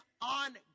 on